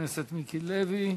חבר הכנסת מיקי לוי.